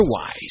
otherwise